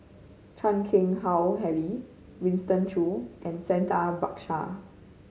Chan Keng Howe Harry Winston Choo and Santha Bhaskar